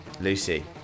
Lucy